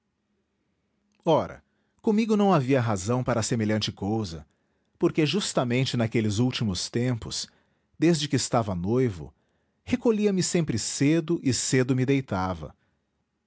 ora comigo não havia razão para semelhante cousa porque justamente naqueles últimos tempos desde que estava noivo recolhia me sempre cedo e cedo me deitava